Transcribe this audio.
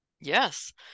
Yes